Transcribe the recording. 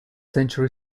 century